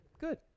good